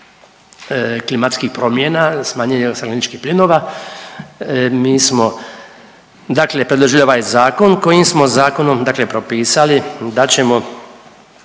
klimatskih promjena, smanjenje stakleničkih plinova mi smo dakle predložili ovaj zakon kojim smo zakonom dakle propisali da ćemo